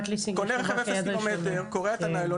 קונה רכב עם אפס קילומטר, קורע את הניילונים